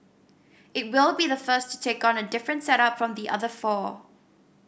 it will be the first to take on a different setup from the other four